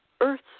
earth